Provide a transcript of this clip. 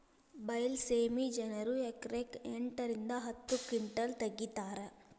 ಬೈಲಸೇಮಿ ಜನರು ಎಕರೆಕ್ ಎಂಟ ರಿಂದ ಹತ್ತ ಕಿಂಟಲ್ ತಗಿತಾರ